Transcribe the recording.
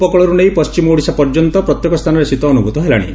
ଉପକୁଳରୁ ନେଇ ପଣ୍ଟିମ ଓଡ଼ିଶା ପର୍ଯ୍ୟନ୍ତ ପ୍ରତ୍ୟେକ ସ୍ଚାନରେ ଶୀତ ଅନୁଭୂତ ହେଲାଣି